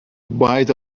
bite